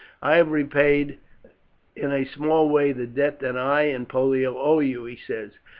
i have repaid in a small way the debt that i and pollio owe you, he said.